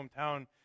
hometown